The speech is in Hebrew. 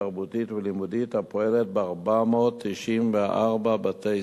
תרבותית ולימודית הפועלת ב-494 בתי-ספר,